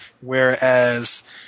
whereas